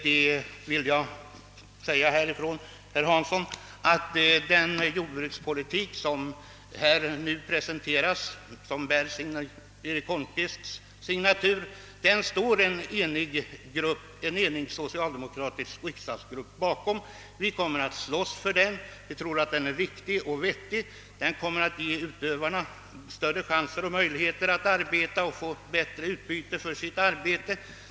Jag vill säga herr Hansson att bakom den jordbrukspolitik som nu presenteras och som bär Erik Holmqvists signatur, står en enig socialdemokratisk riksdagsgrupp. Vi kommer att slåss för denna politik. Vi tror att den är riktig och vettig. Den kommer att ge jordbrukets utövare större chanser att arbeta och ge dem bättre utbyte av arbetet.